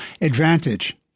advantage